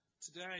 today